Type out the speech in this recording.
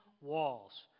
walls